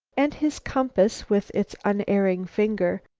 and his compass with its unerring finger,